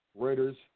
Reuters